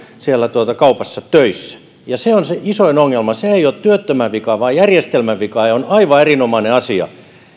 siellä kaupassa töissä se on se isoin ongelma se ei ole työttömän vika vaan järjestelmän vika on aivan erinomainen asia